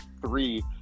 three